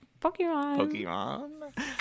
Pokemon